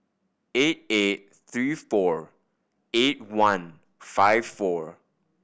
eight eight three four eight one five four